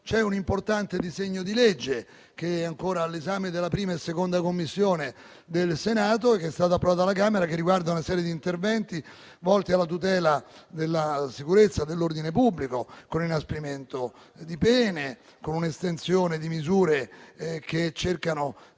è un importante disegno di legge, che è ancora all'esame delle Commissioni 1ª e 2ª del Senato e che è stato approvato alla Camera, che riguarda una serie di interventi volti alla tutela della sicurezza e dell'ordine pubblico, con l'inasprimento di pene e con un'estensione di misure che cercano